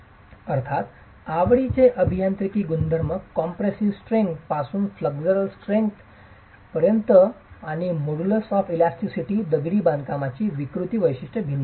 अर्थात आवडीचे अभियांत्रिकी गुणधर्म कॉम्प्रेसीव स्ट्रेंग्थ पासून flexural strength flexural tensile strength modulus elasticity दगडी बांधकामाची विकृती वैशिष्ट्ये भिन्न असतात